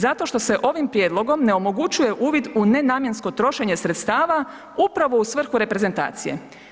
Zato što se ovim prijedlogom ne omogućuje uvid u nenamjensko trošenje sredstava upravo u svrhu reprezentacije.